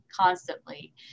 constantly